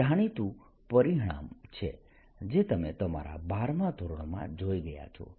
આ જાણીતું પરિણામ છે જે તમે તમારા બારમા ધોરણમાં જોઈ ગયા છો